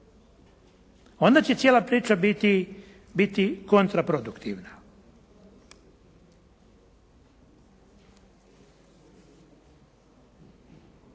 Onda će cijela priča biti kontraproduktivna.